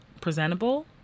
presentable